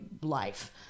life